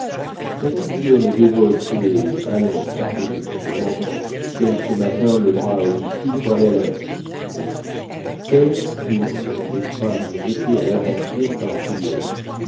guillaume est dévote et allons sarpejeu mon enfant donne ce matin le bras à augustine pour aller à la messe telles furent les phrases jetées à l'aventure par guillaume